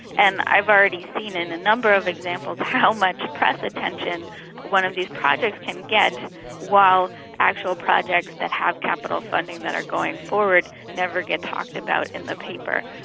and i've already seen in a number of examples how much press attention one of these projects can get while actual projects that have capital funding that are going forward never get talked about in the paper.